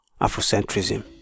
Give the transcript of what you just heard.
afrocentrism